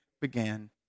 began